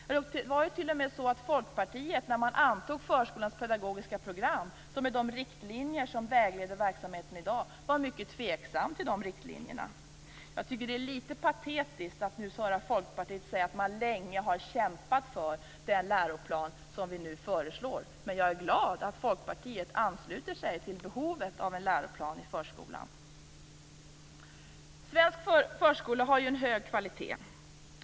Det var ju t.o.m. så att när man antog förskolans pedagogiska program, som är de riktlinjer som vägleder verksamheten i dag, var man i Folkpartiet mycket tveksam till de riktlinjerna. Jag tycker att det är litet patetiskt att nu höra Folkpartiet säga att man länge har kämpat för den läroplan som vi nu föreslår. Men jag är glad att Folkpartiet ansluter sig till behovet av en läroplan i förskolan. Svensk förskola har ju en hög kvalitet.